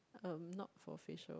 um not for facial